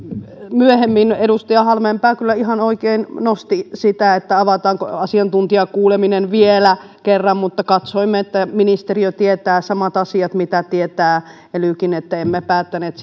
myöhemmin edustaja halmeenpää kyllä ihan oikein nosti sitä avataanko asiantuntijakuuleminen vielä kerran mutta katsoimme että ministeriö tietää samat asiat kuin tietää elykin joten emme päättäneet